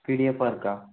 பிடிஎஃப்பா இருக்கா